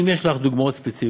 אם יש לך דוגמאות ספציפיות,